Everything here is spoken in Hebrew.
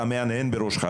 אתה מהנהן בראשך,